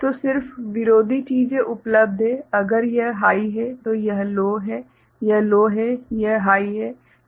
तो सिर्फ विरोधी चीजें उपलब्ध हैं अगर यह हाइ है तो यह लो है यह लो है यह हाइ है